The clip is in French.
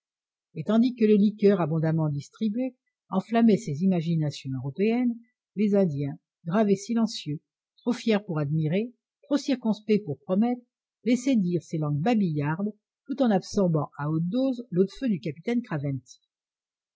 et tandis que les liqueurs abondamment distribuées enflammaient ces imaginations européennes les indiens graves et silencieux trop fiers pour admirer trop circonspects pour promettre laissaient dire ces langues babillardes tout en absorbant à haute dose l'eau de feu du capitaine craventy